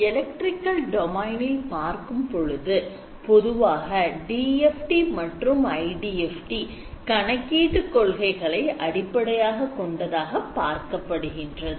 Electrical domain இல் பார்க்கும் பொழுது பொதுவாக DFT மற்றும் IDFT கணக்கீட்டு கொள்கைகளை அடிப்படையாக கொண்டதாக பார்க்கப்படுகின்றது